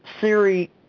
Siri